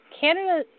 Canada